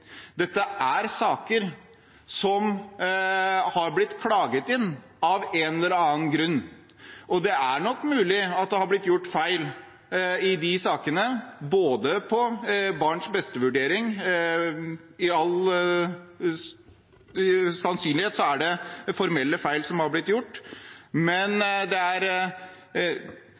er saker som er blitt klaget inn av en eller annen grunn. Det er nok mulig at det er blitt gjort feil i de sakene, også når det gjelder barns-beste-vurdering. Etter all sannsynlighet er det formelle feil som er blitt gjort, men det er ikke sånn at disse sakene representerer alle andre saker, for dette er